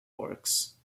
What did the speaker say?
works